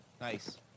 Nice